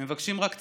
הם מבקשים רק צדק,